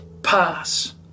pass